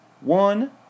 One